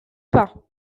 pas